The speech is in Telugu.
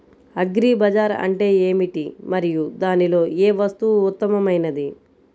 అగ్రి బజార్ అంటే ఏమిటి మరియు దానిలో ఏ వస్తువు ఉత్తమమైనది?